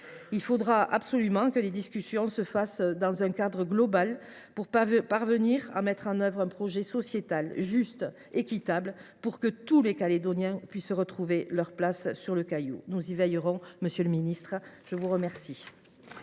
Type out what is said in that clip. Il faudra absolument que les discussions s’inscrivent dans un cadre global si l’on veut parvenir à la mise en œuvre d’un projet sociétal juste et équitable. Il faut que tous les Calédoniens puissent retrouver leur place sur le Caillou. Nous y veillerons, monsieur le ministre ! La parole